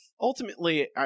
Ultimately